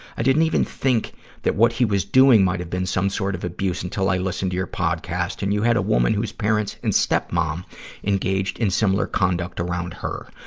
i didn't even think that what he was doing might have been some sort of abuse until i listened to your podcast, and you had a woman whose parents and stepmom engaged in similar conduct around her.